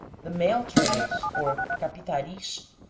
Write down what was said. the male turtles, or capitaris,